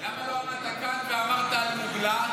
למה לא עמדת כאן ואמרת על "מוגלה"?